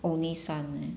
only son leh